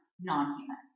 non-human